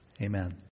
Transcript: Amen